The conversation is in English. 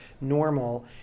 normal